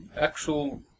actual